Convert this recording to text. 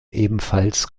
ebenfalls